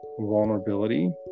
vulnerability